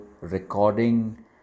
recording